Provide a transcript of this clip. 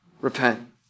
Repent